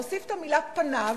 להוסיף את המלה "פניו",